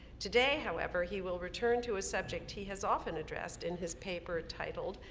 today, however, he will return to a subject he has often addressed in his paper titled,